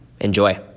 enjoy